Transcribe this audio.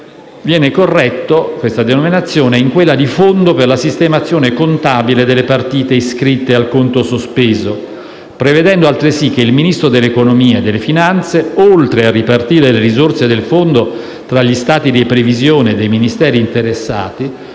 finanziario 2017, trasformandola in fondo per la sistemazione contabile delle partite iscritte al conto sospeso. Si prevede altresì che il Ministro dell'economia e delle finanze, oltre a ripartire le risorse del fondo tra gli stati di previsione dei Ministeri interessati,